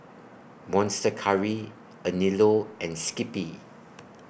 Monster Curry Anello and Skippy